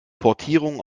portierungen